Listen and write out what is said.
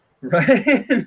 right